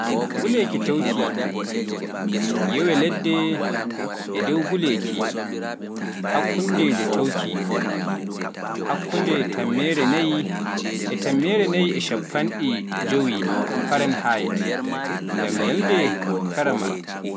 Nguleeki toowki. Ƴeewee leɗɗe e dow nguleeki hakkundeejo-toowki. Farenheit tammere nayi yari tammere nayi e sappo jewee ngam yaajde karamel.